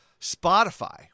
Spotify